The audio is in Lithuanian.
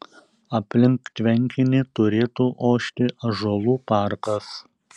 aplink tvenkinį turėtų ošti ąžuolų parkas